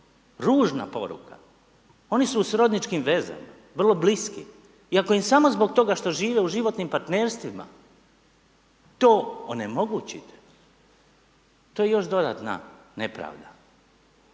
ružna poruka. Oni su u srodničkim vezama, vrlo bliski i ako im samo zbog toga što žive u životnim partnerstvima, to onemogući, to je još dodatna nepravda.